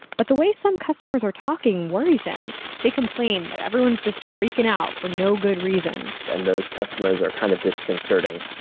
but the way some customers are talking worries him they complain that everyone's freaking out for no good reason. and those customers are kind of disconcerting.